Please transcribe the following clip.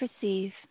perceive